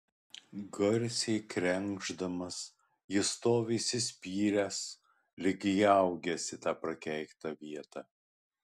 garsiai krenkšdamas jis stovi įsispyręs lyg įaugęs į tą prakeiktą vietą